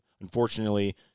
unfortunately